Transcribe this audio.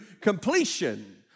completion